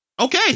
Okay